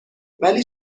ولی